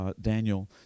Daniel